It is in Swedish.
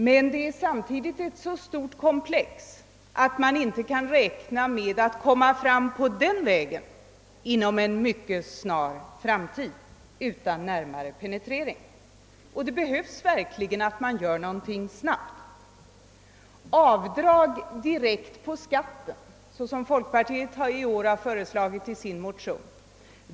Men det är samtidigt ett så stort komplex att man inte kan räkna med att komma fram på den vägen inom en mycket snar framtid utan närmare penetrering. Det behövs verkligen snabba åtgärder. En effektiv metod är avdrag direkt på skatten som folkpartiet i år föreslagit i sin motion.